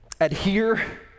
adhere